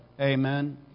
Amen